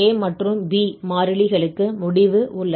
பின்னர் a மற்றும் b மாறிலிகளுக்கு முடிவு உள்ளது